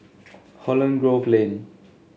Holland Grove Lane